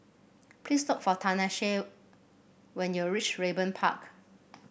please look for Tanesha when you reach Raeburn Park